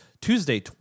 Tuesday